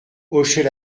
hochait